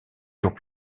jours